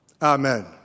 Amen